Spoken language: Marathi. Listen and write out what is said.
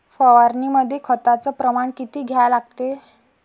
फवारनीमंदी खताचं प्रमान किती घ्या लागते?